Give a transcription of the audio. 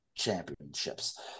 championships